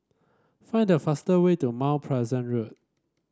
find the fastest way to Mount Pleasant Road